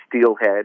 steelhead